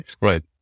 Right